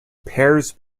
pairs